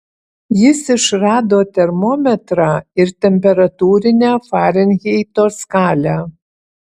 jis išrado termometrą ir temperatūrinę farenheito skalę